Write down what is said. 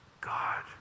God